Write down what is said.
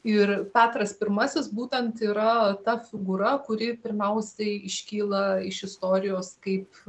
ir petras pirmasis būtent yra ta figūra kuri pirmiausiai iškyla iš istorijos kaip